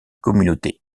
communauté